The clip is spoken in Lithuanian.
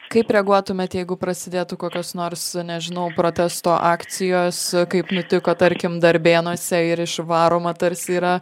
kaip reaguotumėt jeigu prasidėtų kokios nors nežinau protesto akcijos kaip nutiko tarkim darbėnuose ir išvaroma tarsi yra